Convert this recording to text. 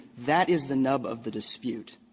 that is the nub of the dispute.